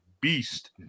beast